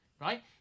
right